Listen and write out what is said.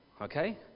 Okay